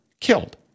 killed